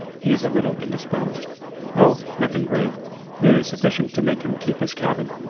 he is a little indisposed oh, nothing grave merely sufficient to make him keep his cabin.